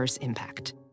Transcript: Impact